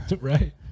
Right